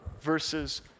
versus